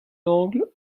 langue